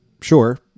Sure